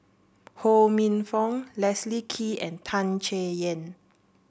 Ho Minfong Leslie Kee and Tan Chay Yan